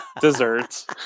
Desserts